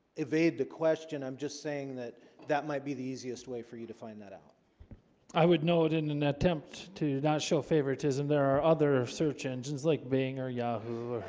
evade the question, i'm just saying that that might be the easiest way for you to find that out i would know it in an attempt to not show favoritism there are other search engines like bing or yahoo,